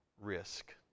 risk